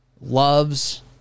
loves